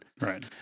Right